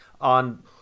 on